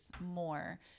more